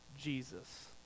Jesus